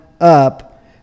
up